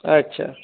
আচ্ছা